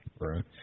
right